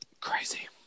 Crazy